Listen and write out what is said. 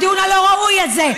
הדיון הלא-ראוי זה.